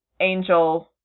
angel